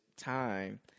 time